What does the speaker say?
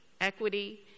equity